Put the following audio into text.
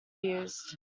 used